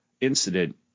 Incident